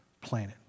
planet